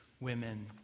women